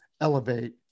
elevate